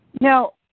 now